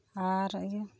ᱟᱨ ᱤᱭᱟᱹ